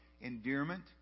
endearment